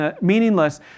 meaningless